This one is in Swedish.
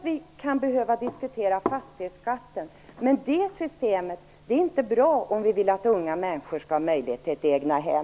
Vi kan behöva diskutera fastighetsskatten, men hans system är inte bra om vi vill att unga människor skall ha möjlighet till egnahem.